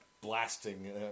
blasting